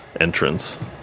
entrance